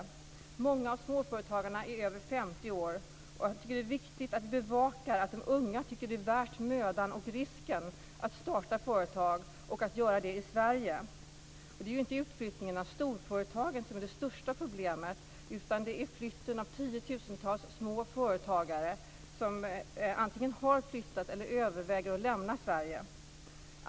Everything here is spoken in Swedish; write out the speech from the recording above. Många av småföretagarna är över 50 år. Jag tycker att det är viktigt att bevaka att de unga tycker att det är värt mödan och risken att starta företag och att göra det i Sverige. Det är ju inte utflyttningen av storföretagen som är det största problemet, utan det är flytten av tiotusentals små företagare som antingen har flyttat eller överväger att lämna Sverige.